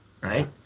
right